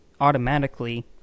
automatically